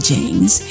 James